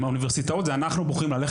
האוניברסיטאות זה אנחנו בוחרים ללכת